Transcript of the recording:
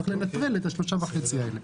צריך לנטרל את ה-3.5 האלה.